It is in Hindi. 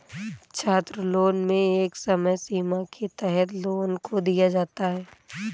छात्रलोन में एक समय सीमा के तहत लोन को दिया जाता है